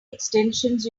extensions